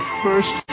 first